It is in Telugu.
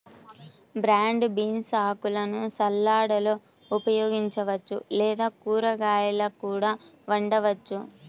బ్రాడ్ బీన్స్ ఆకులను సలాడ్లలో ఉపయోగించవచ్చు లేదా కూరగాయలా కూడా వండవచ్చు